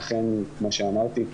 אכן כמו שאמרתי,